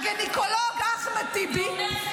תומכת אנסים.